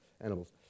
animals